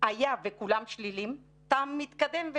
היה וכולם שליליים, אתה מתקדם.